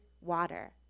water